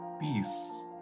peace